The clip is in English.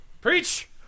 Preach